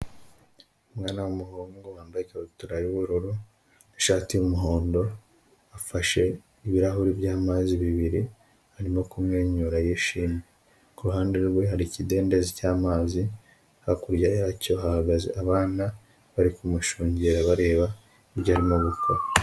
Umwana w'umuhungu wambaye ikabutura y'ubururu n'ishati y'umuhondo afashe ibirahuri by'amazi bibiri arimo kumwenyura yishimye kuruhande rwe hari ikidendezi cy'amazi hakurya yacyo Hahagaze abana bari kumushungera bareba ibyo arimo gukora.